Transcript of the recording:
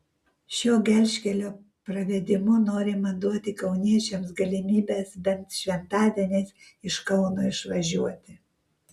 šio gelžkelio pravedimu norima duoti kauniečiams galimybes bent šventadieniais iš kauno išvažiuoti